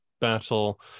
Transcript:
battle